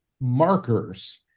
markers